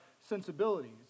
sensibilities